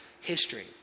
history